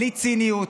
בלי ציניות,